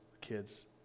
kids